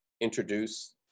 introduce